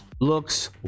looks